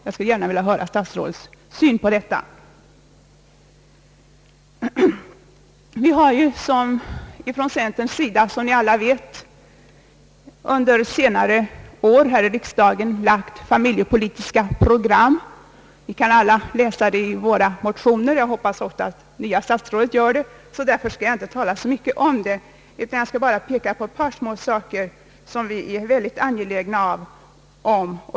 Jag skulle gärna vilja höra statsrådet Ohdnoffs syn på den saken. Som kammaren väl vet har vi från centerns sida under senare år här i riksdagen lagt fram familjepolitiska program. Ni kan alla läsa det i våra motioner. Jag hoppas även att det nya statsrådet gör det, och därför skall jag inte tala så mycket om den saken utan bara peka på ett par små saker som vi är mycket angelägna om.